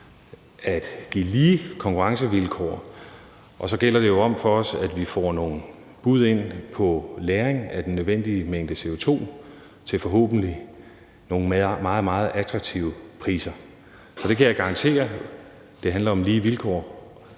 at give lige konkurrencevilkår, og så gælder det jo om for os, at vi får nogle bud ind på lagring af den nødvendige mængde CO2 til nogle forhåbentlig meget, meget attraktive priser. Så det kan jeg garantere: Det handler om lige vilkår.